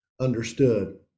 understood